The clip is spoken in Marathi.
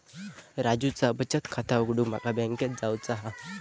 राजूचा बचत खाता उघडूक माका बँकेत जावचा हा